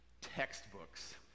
textbooks